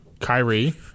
Kyrie